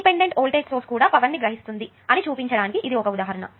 independent voltage source కూడా power ని గ్రహిస్తుంది అని చూపించడానికి ఇది ఒక ఉదాహరణ